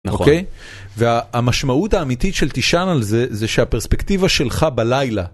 נכון? אוקיי? והמשמעות האמיתית של תישן על זה, זה שהפרספקטיבה שלך בלילה